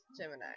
Gemini